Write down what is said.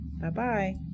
Bye-bye